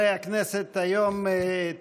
הישיבה החמישית של הכנסת העשרים-ואחת יום שלישי,